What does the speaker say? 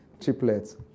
triplets